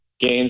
games